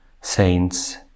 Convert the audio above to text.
saints